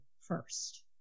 first